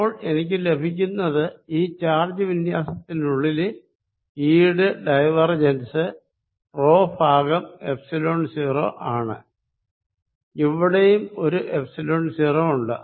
അപ്പോൾ എനിക്ക് ലഭിക്കുന്നത് ഈ ചാർജ് ഡിസ്ട്രിബിയൂഷനുള്ളിലെ E യുടെ ഡൈവേർജെൻസ് റോ ഭാഗം എപ്സിലോൺ 0 ആണ് ഇവിടെയും ഒരു എപ്സിലോൺ 0 ഉണ്ട്